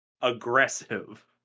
aggressive